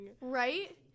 right